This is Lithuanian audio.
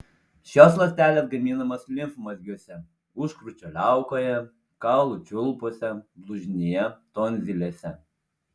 šios ląstelės gaminamos limfmazgiuose užkrūčio liaukoje kaulų čiulpuose blužnyje tonzilėse